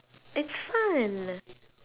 it's fun